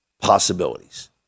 possibilities